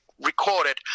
recorded